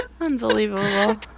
Unbelievable